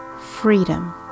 freedom